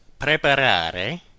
PREPARARE